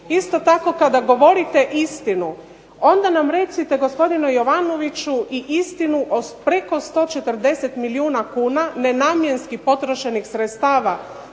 Isto tako kada govorite istinu onda nam recite gospodine Jovanoviću i istinu o preko 140 milijuna kuna nenamjenski potrošenih sredstava